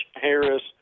Harris